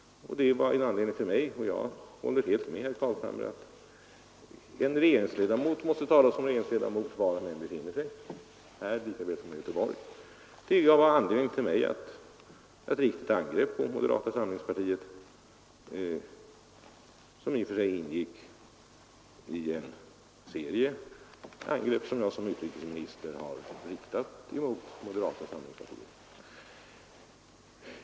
Det var en anledning för mig — och jag håller helt med herr Carlshamre om att en regeringsledamot måste tala som en regeringsledamot var han än befinner sig, här lika väl som i Göteborg — att rikta ett angrepp mot moderata samlingspartiet som i och för sig ingick i en serie angrepp som jag som utrikesminister har riktat mot moderata samlingspartiet.